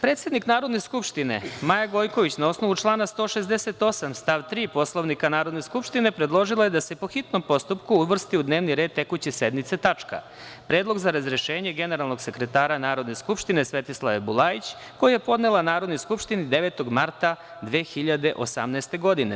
Predsednik Narodne skupštine Maja Gojković, na osnovu člana 168. stav 3. Poslovnika Narodne skupštine, predložila je da se po hitnom postupku uvrsti u dnevni red tekuće sednice tačka – Predlog za razrešenje generalnog sekretara Narodne skupštine Svetislave Bulajić, koji je podnela Narodnoj skupštini 9. marta 2018. godine.